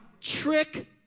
trick